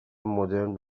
مدرن